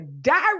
direct